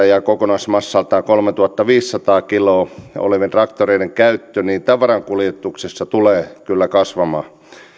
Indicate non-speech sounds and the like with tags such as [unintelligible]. [unintelligible] ja kokonaismassaltaan kolmetuhattaviisisataa kiloa olevien traktoreiden käyttö tavarankuljetuksissa tulee kyllä kasvamaan